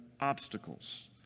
obstacles